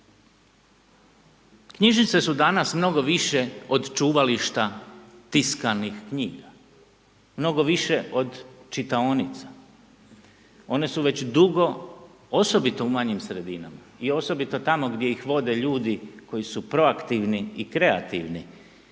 Knjižnice su danas mnogo više od čuvališta tiskanih knjiga, mnogo više od čitaonica, one su već dugo osobito u manjim sredinama i osobito tamo gdje ih vode ljudi koji su proaktivni i kreativni,